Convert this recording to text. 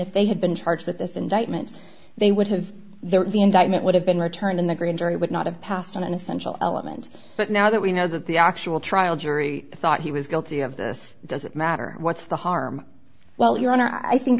if they had been charged with this indictment they would have their the indictment would have been returned in the grand jury would not have passed on an essential element but now that we know that the actual trial jury thought he was guilty of this doesn't matter what's the harm well your honor i think